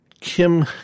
Kim